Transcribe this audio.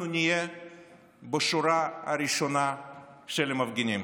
נהיה בשורה הראשונה של המפגינים.